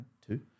Two